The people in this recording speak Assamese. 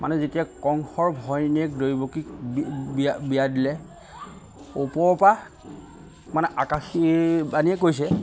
মানে যেতিয়া কংশৰ ভনীয়েক দৈৱকীক বিয়া বিয়া দিলে ওপৰৰ পৰা মানে আকাশী বাণিয়ে কৈছে